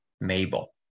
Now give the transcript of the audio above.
Mabel